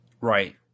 Right